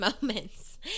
moments